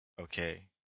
Okay